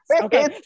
Okay